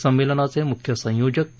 संमेलनाचे मुख्य संयोजक के